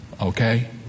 Okay